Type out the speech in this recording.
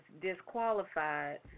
disqualified